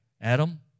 Adam